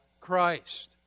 Christ